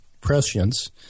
prescience